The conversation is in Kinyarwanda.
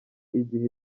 igihe